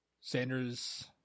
Sanders